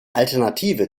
alternative